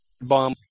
bomb